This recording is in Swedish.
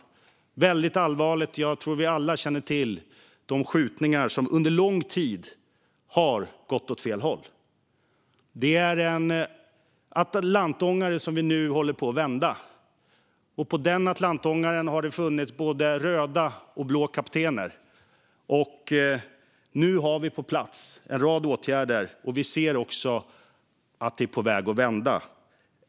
Det är väldigt allvarligt. Jag tror att vi alla känner till skjutningarna - där har det under lång tid gått åt fel håll. Det är en Atlantångare som vi nu håller på att vända. På den Atlantångaren har det funnits både röda och blå kaptener. Nu har vi på plats en rad åtgärder, och vi ser att det är på väg att vända.